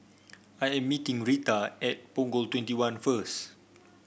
I am meeting Reta at Punggol Twenty one first